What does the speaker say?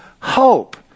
hope